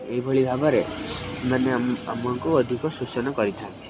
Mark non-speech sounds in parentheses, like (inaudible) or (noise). ଏଇଭଳି ଭାବରେ (unintelligible) ଆମକୁ ଅଧିକ ଶୋଷଣ କରିଥାନ୍ତି